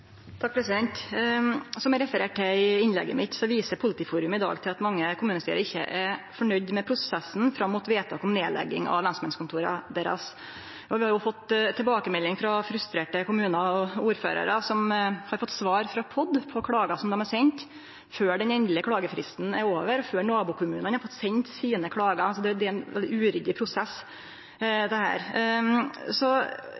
Som eg refererte til i innlegget mitt, viser Politiforum i dag til at mange kommunestyre ikkje er fornøgde med prosessen fram mot vedtak om nedlegging av lensmannskontoret deira. Vi har òg fått tilbakemelding frå frustrerte kommunar og ordførarar som har fått svar frå POD på klagar som dei har sendt, før den endelege klagefristen er over, før nabokommunane har fått sendt sine klagar. Det er altså ein uryddig prosess. Det eg trur vi alle kan vere einige om, er